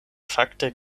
fakte